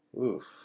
Oof